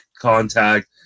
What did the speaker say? contact